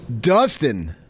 Dustin